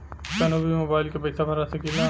कन्हू भी मोबाइल के पैसा भरा सकीला?